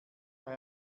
bei